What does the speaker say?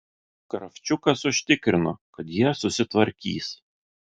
kravčiukas užtikrino kad jie susitvarkys